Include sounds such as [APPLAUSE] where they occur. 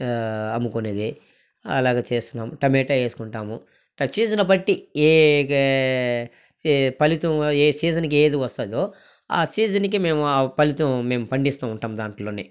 అమ్ముకొనేది అలాగే చేస్తున్నాం టమేటా ఏసుకుంటాము సీసన్ బట్టి [UNINTELLIGIBLE] ఫలితము ఏ సీసన్కు ఏది వస్తుందో ఆ సీసన్కి మేము ఆ ఫలితం మేము పండిస్తూ ఉంటాం దాంట్లోనే